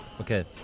Okay